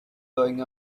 going